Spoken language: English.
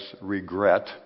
regret